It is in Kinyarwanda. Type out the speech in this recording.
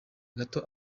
gato